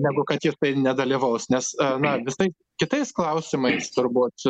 negu kad jis nedalyvaus nes na visais kitais klausimais turbūt